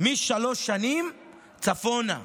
משלוש שנים צפונה,